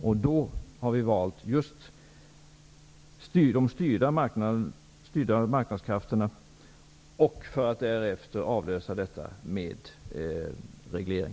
Vi har valt just de styrda marknadskrafterna, för att därefter avlösa dessa med en reglering.